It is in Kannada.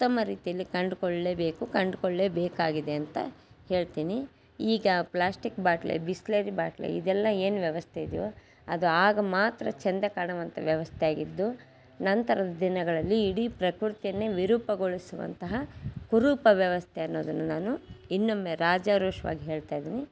ಉತ್ತಮ ರೀತಿಯಲ್ಲಿ ಕಂಡುಕೊಳ್ಲೇಬೇಕು ಕಂಡುಕೊಳ್ಲೇ ಬೇಕಾಗಿದೆ ಅಂತ ಹೇಳ್ತೀನಿ ಈಗ ಪ್ಲ್ಯಾಸ್ಟಿಕ್ ಬಾಟ್ಲೆ ಬಿಸ್ಲೆರಿ ಬಾಟ್ಲಿ ಇದೆಲ್ಲ ಏನು ವ್ಯವಸ್ಥೆ ಇದೆಯೋ ಅದು ಆಗ ಮಾತ್ರ ಚೆಂದ ಕಾಣುವಂಥ ವ್ಯವಸ್ಥೆಯಾಗಿದ್ದು ನಂತರದ ದಿನಗಳಲ್ಲಿ ಇಡೀ ಪ್ರಕೃತಿಯನ್ನೇ ವಿರೂಪಗೊಳಿಸುವಂತಹ ಕುರೂಪ ವ್ಯವಸ್ಥೆ ಅನ್ನೋದನ್ನು ನಾನು ಇನ್ನೊಮ್ಮೆ ರಾಜಾರೋಷ್ವಾಗಿ ಹೇಳ್ತಾ ಇದ್ದೀನಿ